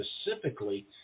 specifically